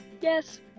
Yes